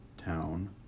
town